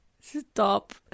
stop